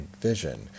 vision